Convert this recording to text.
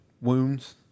wounds